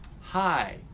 Hi